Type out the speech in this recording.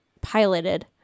piloted